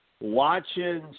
watching